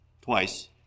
twice